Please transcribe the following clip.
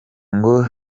ngo